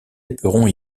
éperon